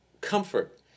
comfort